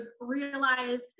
realized